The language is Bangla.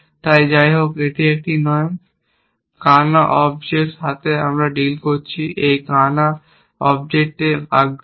তাই যাইহোক এটি একটি নয় কানা অবজেক্ট যার সাথে আমরা ডিল করছি এবং এই কানা অবজেক্টে আগ্রহী